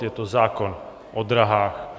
Je to zákon o drahách.